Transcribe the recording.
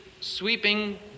sweeping